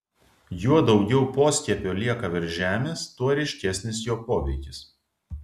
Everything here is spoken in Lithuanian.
juo daugiau poskiepio lieka virš žemės tuo ryškesnis jo poveikis